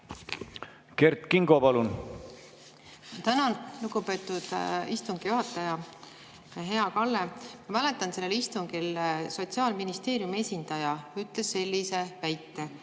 Kert Kingo, palun! Tänan, lugupeetud istungi juhataja! Hea Kalle! Ma mäletan, sellel istungil Sotsiaalministeeriumi esindaja ütles sellise väite,